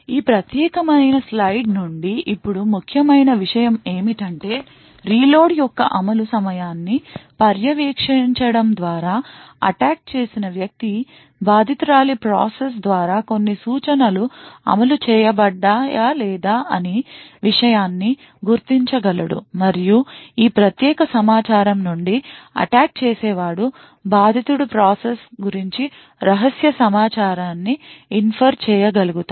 ఈ ప్రత్యేకమైన స్లయిడ్ నుండి ఇప్పుడు ముఖ్యమైన విషయం ఏమిటంటే రీలోడ్ యొక్క అమలు సమయాన్ని పర్యవేక్షించడం ద్వారా అటాక్ చేసిన వ్యక్తి బాధితురాలి ప్రాసెస్ ద్వారా కొన్ని సూచన లు అమలు చేయబడ్డా లేదా అనే విషయాన్ని గుర్తించగలడు మరియు ఈ ప్రత్యేక సమాచారం నుండి అటాక్ చేసేవాడు బాధితుడి ప్రాసెస్ గురించి రహస్య సమాచారాన్నిఇన్ఫర్ చేయగలుగుతారు